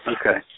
Okay